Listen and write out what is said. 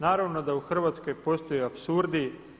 Naravno da u Hrvatskoj postoje apsurdi.